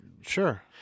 Sure